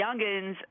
youngins